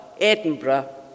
Edinburgh